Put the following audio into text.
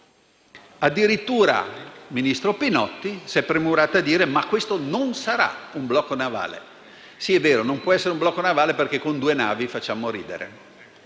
Addirittura il ministro Pinotti si è premurata di dire che questo non sarà un blocco navale. Sì, è vero, non può essere un blocco navale perché con due navi facciamo ridere: